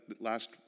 last